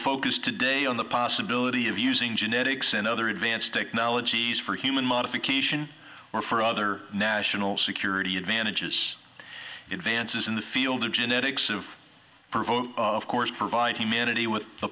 focus today on the possibility of using genetics and other advanced technologies for human modification or for other national security advantages in vance's in the field of genetics of provoking of course provide humanity with the